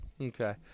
Okay